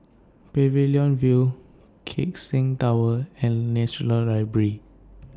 Pavilion View Keck Seng Tower and National Library